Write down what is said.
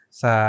sa